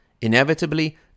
inevitably